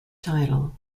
title